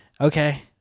okay